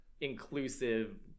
inclusive